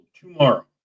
tomorrow